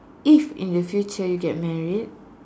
if in the future you get married